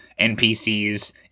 NPCs